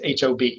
HOB